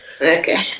Okay